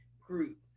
group